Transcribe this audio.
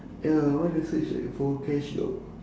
ya I want to search like a for cash job